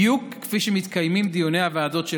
בדיוק כפי שמתקיימים דיוני הוועדות של